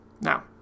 Now